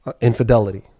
infidelity